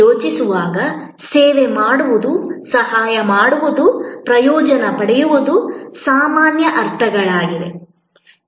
ಯೋಚಿಸುವಾಗ ಸೇವೆ ಮಾಡುವುದು ಸಹಾಯ ಮಾಡುವುದು ಪ್ರಯೋಜನ ಪಡೆಯುವುದು ಸಾಮಾನ್ಯ ಅರ್ಥಗಳಾಗಿವೆ